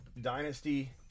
Dynasty